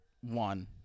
one